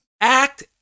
act